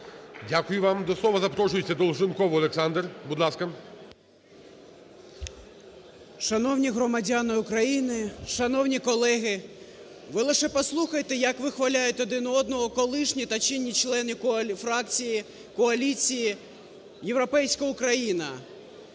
Дякую вам. До слова запрошується Долженков Олександр, будь ласка. 10:38:47 ДОЛЖЕНКОВ О.В. Шановні громадяни України! Шановні колеги! Ви лише послухайте, як вихваляють один одного колишні та чинні члени фракції коаліції "Європейська Україна".